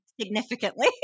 significantly